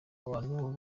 abantu